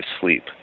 sleep